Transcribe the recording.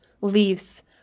leaves